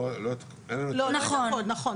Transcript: לא את הכול, נכון.